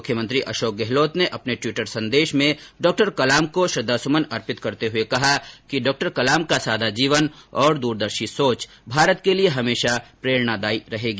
मुख्यमंत्री अशोक गहलोत ने अपने ट्विटर संदेश में डॉ कलाम को श्रद्दासुमन अर्पित करते हुए कहा कि डॉ कलाम का सादा जीवन और दूरदर्शी सोच भारत के लिये हमेशा प्रेरणादायी रहेगी